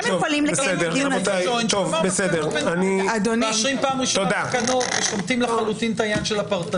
-- מאשרים פעם ראשונה תקנות ושומטים לחלוטין את עניין הפרטני.